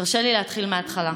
תרשה לי להתחיל מהתחלה.